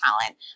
talent